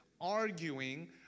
arguing